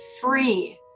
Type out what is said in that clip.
free